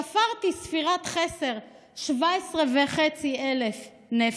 וספרתי בספירת חסר שהם 17,500 נפש.